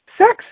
sex